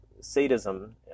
sadism